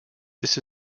this